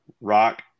Rock